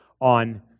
on